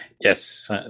Yes